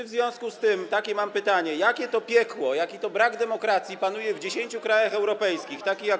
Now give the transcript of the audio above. W związku z tym mam takie pytanie: Jakie to piekło, jaki to brak demokracji panuje w 10 krajach europejskich, takich jak.